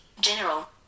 General